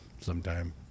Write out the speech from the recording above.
sometime